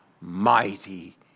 mighty